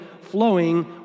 flowing